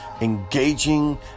engaging